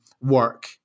work